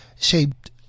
shaped